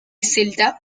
celta